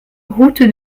route